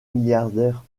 milliardaire